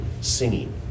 singing